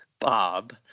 Bob